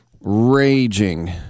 raging